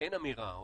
אין אמירה,